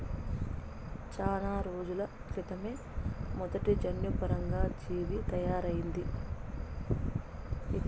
చానా రోజుల క్రితమే మొదటి జన్యుపరంగా జీవి తయారయింది